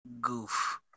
Goof